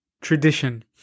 tradition